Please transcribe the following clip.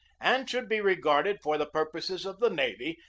and should be regarded, for the purposes of the navy,